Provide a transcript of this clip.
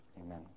Amen